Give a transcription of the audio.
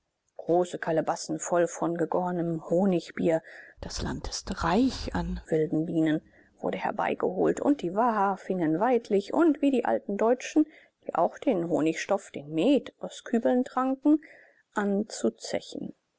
große kalebassen voll von gegornem honigbier das land ist reich an wilden bienen wurden herbeigeholt und die waha fingen weidlich und wie die alten deutschen die auch den honigstoff den met aus kübeln tranken an zu zechen